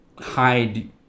hide